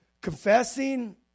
Confessing